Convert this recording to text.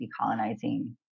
decolonizing